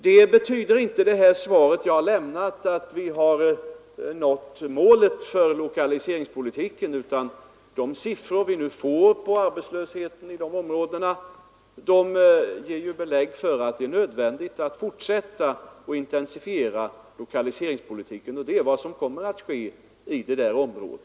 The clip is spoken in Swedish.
Detta betyder inte att vi nått målet för lokaliseringspolitiken, utan de siffror på arbetslösheten inom dessa områden som vi nu har ger belägg för att det är nödvändigt att fortsätta och intensifiera lokaliseringspolitiken, och det är vad som kommer att ske i det området.